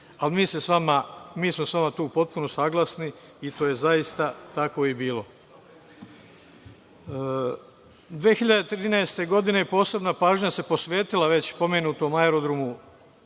ali mi smo s vama tu potpuno saglasni, i to je zaista tako i bilo. Godine 2013. posebna pažnja se posvetila već pomenutom aerodromu